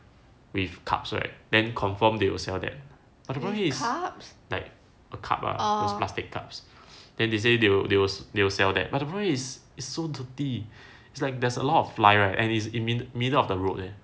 with cups right then confirm they will sell but the problem is like a cup plastic cups then they say they will they will they will sell that but the problem it's it's so dirty it's like there's a lot of fly right and it's in the middle of the road leh